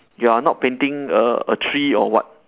you are not painting a a tree or what